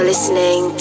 Listening